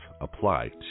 apply